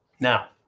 Now